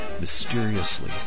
mysteriously